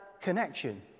connection